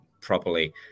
properly